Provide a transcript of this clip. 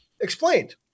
explained